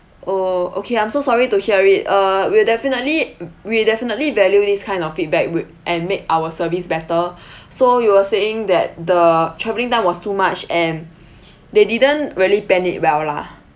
oh okay I'm so sorry to hear it uh we'll definitely we definitely value this kind of feedback with and make our service better so you were saying that the travelling time was too much and they didn't really plan it well lah